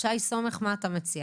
שי סומך, מה אתה מציע?